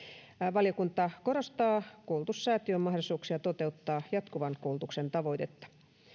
valiokunta korostaa koulutussäätiön mahdollisuuksia toteuttaa jatkuvan koulutuksen tavoitetta